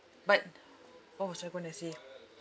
but what was I going to say